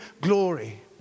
glory